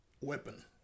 weapon